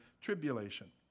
tribulation